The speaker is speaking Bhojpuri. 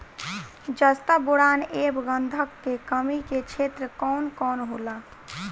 जस्ता बोरान ऐब गंधक के कमी के क्षेत्र कौन कौनहोला?